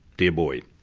dear boy.